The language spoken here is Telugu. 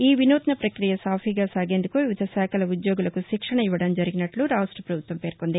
ఈ వినూత్న ప్రక్రియ సాఫీగా సాగేందుకు వివిధ శాఖల ఉద్యోగులకు శిక్షణ ఇవ్వడం జరిగినట్లు రాష్ట ప్రపభుత్వం పేర్కొంది